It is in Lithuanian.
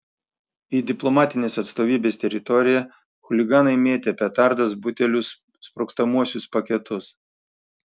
į diplomatinės atstovybės teritoriją chuliganai mėtė petardas butelius sprogstamuosius paketus